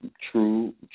true